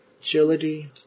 Agility